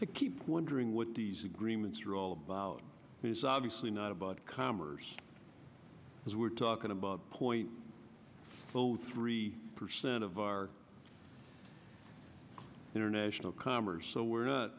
to keep wondering what these agreements are all about is obviously not about commers as we're talking about a point below three percent of our international commerce so we're not